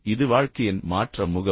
இது வாழ்க்கையின் மாற்ற முகவர்